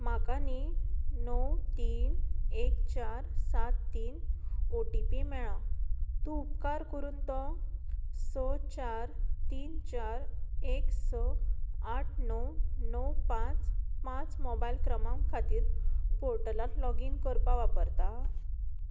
म्हाका न्ही णव तीन एक चार सात तीन ओ टी पी मेळ्ळा तूं उपकार करून तो स चार तीन चार एक स आठ णव णव पांच पांच मोबायल क्रमांक खातीर पोर्टलांत लॉगीन करपा वापरता